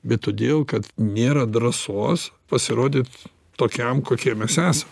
bet todėl kad nėra drąsos pasirodyt tokiam kokie mes esam